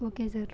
okay sir